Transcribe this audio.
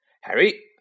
Harry